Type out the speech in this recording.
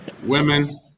Women